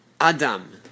Adam